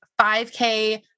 5K